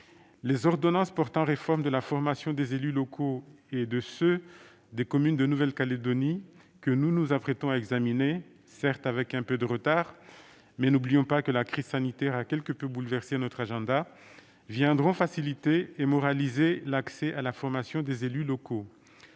Les ordonnances portant réforme de la formation des élus locaux et de ceux des communes de Nouvelle-Calédonie, que nous nous apprêtons à examiner, certes, avec un peu de retard- n'oublions pas que la crise sanitaire a quelque peu bouleversé notre agenda -, viendront faciliter et moraliser l'accès à la formation des élus locaux.